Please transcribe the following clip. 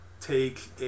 take